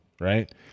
right